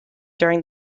during